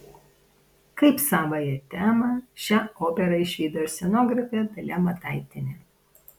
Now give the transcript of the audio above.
kaip savąją temą šią operą išvydo ir scenografė dalia mataitienė